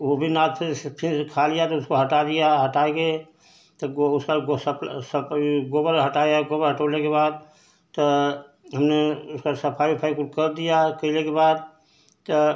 वह भी नाद से फिर खा लिया तो उसको हटा दिया हटा कर तब उसका सकल सकल गोबर हटाया गोबर हटाने के बाद ता हमने उसका सफ़ाई ओफाई कुल कर दिया कइले के बाद ता